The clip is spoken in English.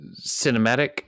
cinematic